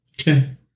Okay